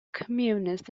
communist